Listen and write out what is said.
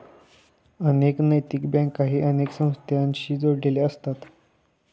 अनेक नैतिक बँकाही अनेक संस्थांशी जोडलेले असतात